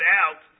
out